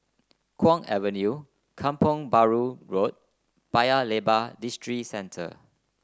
Kwong Avenue Kampong Bahru Road Paya Lebar Districentre